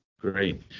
Great